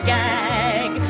gag